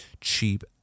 cheap